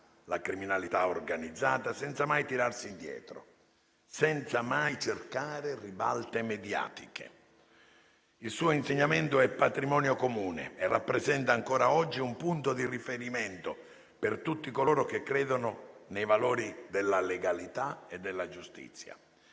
la criminalità organizzata, senza mai tirarsi indietro, senza mai cercare ribalte mediatiche. Il suo insegnamento è patrimonio comune e rappresenta ancora oggi un punto di riferimento per tutti coloro che credono nei valori della legalità e della giustizia.